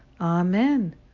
amen